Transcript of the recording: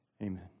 amen